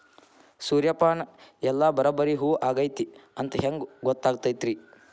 ಸೂರ್ಯಪಾನ ಎಲ್ಲ ಬರಬ್ಬರಿ ಹೂ ಆಗೈತಿ ಅಂತ ಹೆಂಗ್ ಗೊತ್ತಾಗತೈತ್ರಿ?